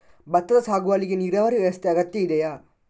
ಭತ್ತದ ಸಾಗುವಳಿಗೆ ನೀರಾವರಿ ವ್ಯವಸ್ಥೆ ಅಗತ್ಯ ಇದೆಯಾ?